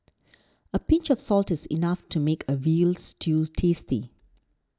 a pinch of salt is enough to make a Veal Stew tasty